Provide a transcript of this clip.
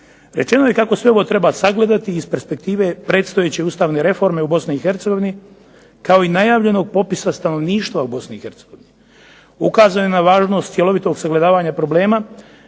Rečeno je kako sve ovo treba sagledati iz perspektive predstojeće ustavne reforme u Bosni i Hercegovini kao i najavljenog popisa stanovništva u Bosni i Hercegovini. Ukazano je na važnost cjelovitog sagledavanja problema,